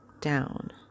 down